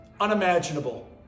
unimaginable